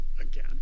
again